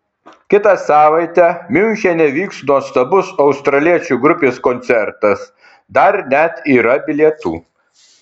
kitą savaitę miunchene vyks nuostabus australiečių grupės koncertas dar net yra bilietų